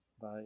Bye